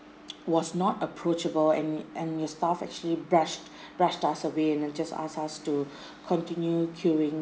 was not approachable and and your staff actually brushed brushed us away and then just asked us to continue queueing